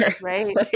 Right